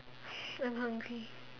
I'm hungry